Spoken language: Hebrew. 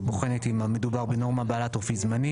שבוחנת אם המדובר בנורמה בעלת אופי זמני